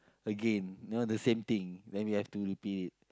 again you know the same thing then we have to repeat it